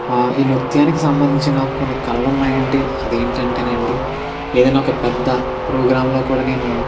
ఈ నృత్యానికి సంబంధించిన కొన్ని కలలు ఉన్నాయి అండి అది ఏంటి అంటే అండి ఏదైనా ఒక పెద్ద ప్రోగ్రాంలో కూడా నేను